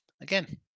Again